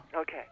Okay